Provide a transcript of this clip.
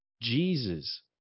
Jesus